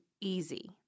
easy